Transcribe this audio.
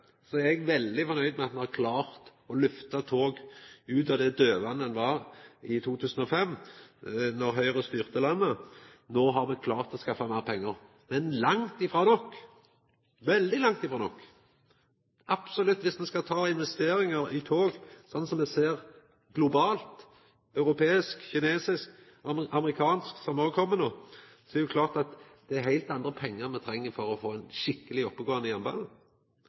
eg er veldig fornøgd med at me har klart å lyfta tog ut av det dødvatnet ein var i i 2005, då Høgre styrte landet. No har me klart å skaffa meir pengar, men langt ifrå nok – veldig langt ifrå nok, absolutt. Dersom me skal gjera investeringar i tog, slik som me ser globalt – europeisk, kinesisk og amerikansk, som òg kjem no – er det klart at det er heilt andre pengar me treng for å få ein skikkeleg oppegåande